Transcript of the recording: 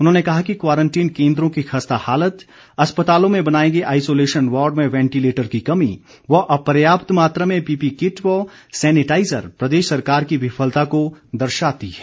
उन्होंने कहा कि क्वारंटीन केन्द्रों की खस्ता हालत अस्पतालों में बनाए गए आइसोलेशन वार्ड में वेंटिलेटर की कमी व अपर्याप्त मात्रा में पीपीई किट व सैनिटाइज़र प्रदेश सरकार की विफलता दर्शाती है